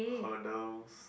hurdles